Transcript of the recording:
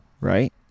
right